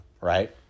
right